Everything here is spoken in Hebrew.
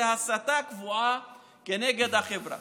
הסתה קבועה כנגד החברה.